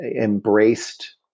embraced